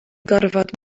gorfod